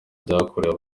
byakorewe